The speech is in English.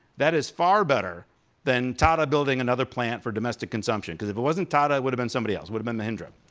that is far better than tata building another plant for domestic consumption. cause if it wasn't tata it would've been somebody else, it would've been mahendra.